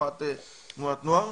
דוגמת תנועות נוער.